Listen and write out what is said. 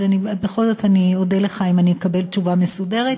אז בכל זאת אני אודה לך אם אני אקבל תשובה מסודרת.